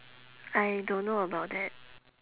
I don't know about that